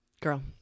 Girl